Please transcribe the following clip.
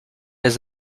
his